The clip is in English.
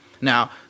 Now